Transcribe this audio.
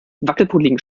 wackelpudding